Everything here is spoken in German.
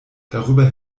darüber